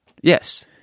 Yes